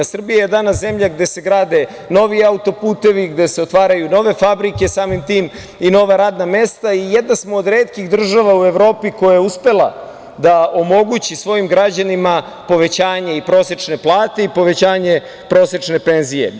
Srbija je danas zemlja gde se grade novi auto-putevi, gde se otvaraju nove fabrike, samim tim i nova radna mesta i jedna smo od retkih država u Evropi koja je uspela da omogući svojim građanima povećanje i prosečne plate i povećanje prosečne penzije.